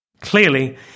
Clearly